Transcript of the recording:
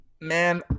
Man